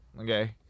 Okay